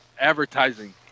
advertising